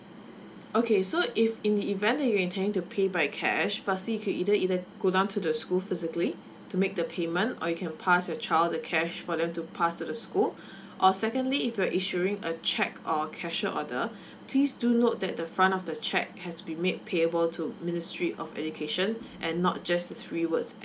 okay so if in the event that you intending to pay by cash firstly you can either either go down to the school physically to make the payment or you can pass your child the cash for them to pass to the school or secondly if you're issuing a cheque or cashier order please do note that the front of the cheque has been made payable to ministry of education and not just the three words